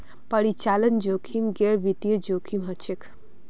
परिचालन जोखिम गैर वित्तीय जोखिम हछेक